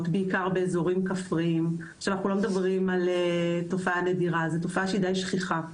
באזורים כפריים אנחנו לא מדברים על תופעה נדירה זו תופעה די שכיחה.